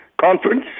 conference